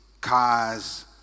cars